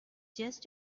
just